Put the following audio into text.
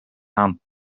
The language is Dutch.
aan